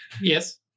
Yes